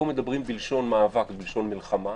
פה מדברים בלשון מאבק, בלשון מלחמה,